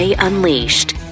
Unleashed